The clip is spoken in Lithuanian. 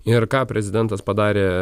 ir ką prezidentas padarė